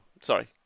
Sorry